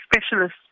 specialist